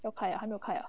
要开啊还没有开呀